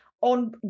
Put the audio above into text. on